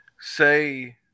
Say